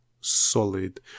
solid